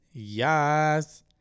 Yes